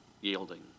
yielding